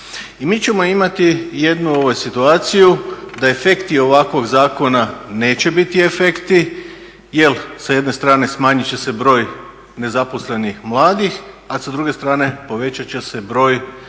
I mi ćemo imati jednu situaciju da efekti ovakvog zakona neće biti efekti jer sa jedne strane smanjit će se broj nezaposlenih mladih, a sa druge strane povećat će se broj